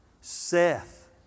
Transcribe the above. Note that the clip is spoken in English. Seth